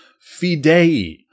fidei